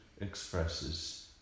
expresses